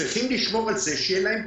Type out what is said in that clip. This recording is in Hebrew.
צריכים לשמור את זה שיהיה להם ביקוש.